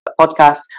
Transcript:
podcast